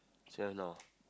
say the now